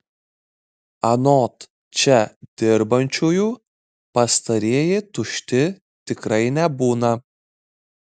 anot čia dirbančiųjų pastarieji tušti tikrai nebūna